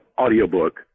audiobook